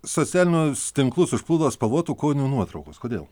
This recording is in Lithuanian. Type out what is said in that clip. socialinius tinklus užplūdo spalvotų kojinių nuotraukos kodėl